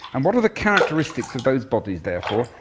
and what are the characteristics of those bodies, therefore,